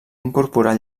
incorporar